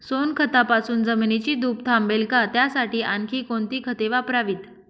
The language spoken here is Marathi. सोनखतापासून जमिनीची धूप थांबेल का? त्यासाठी आणखी कोणती खते वापरावीत?